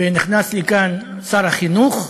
ונכנס לכאן שר החינוך,